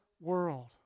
world